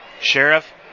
Sheriff